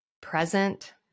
present